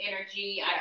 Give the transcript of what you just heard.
energy